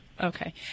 Okay